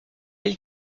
elle